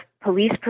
police